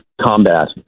combat